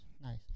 Nice